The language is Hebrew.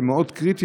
שהן מאוד קריטיות.